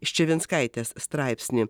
ščiavinskaitės straipsnį